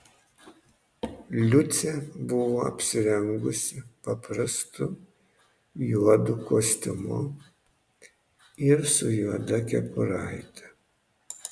liucė buvo apsirengusi paprastu juodu kostiumu ir su juoda kepuraite